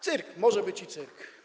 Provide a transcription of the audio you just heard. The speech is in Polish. Cyrk, może być i cyrk.